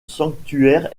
sanctuaire